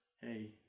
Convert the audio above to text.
hey